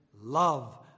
love